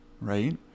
right